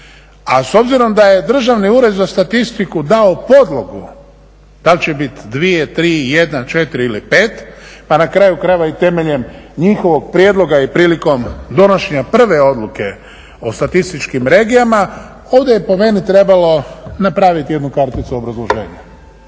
A s obzirom da je Državni ured za statistiku dao podlogu da li će biti dvije, tri, jedna, četiri ili pet, pa na kraju krajeva i temeljem njihovog prijedloga i prilikom donošenja prve odluke o statističkim regijama ovdje je po meni trebalo napraviti jednu karticu obrazloženja